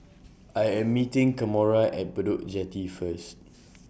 I Am meeting Kamora At Bedok Jetty First